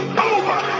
over